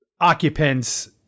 occupants